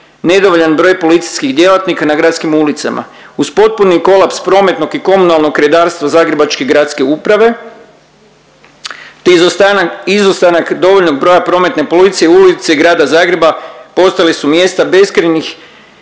nedovoljan broj policijskih djelatnika na gradskim ulicama. Uz potpuni kolaps prometnog i komunalnog redarstva zagrebačke gradske uprave te izostanak dovoljnog broja prometne policije, ulice grada Zagreba postale su mjesto beskrajnih